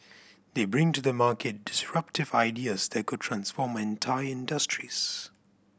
they bring to the market disruptive ideas that could transform entire industries